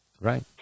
Right